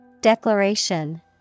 Declaration